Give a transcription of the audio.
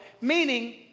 meaning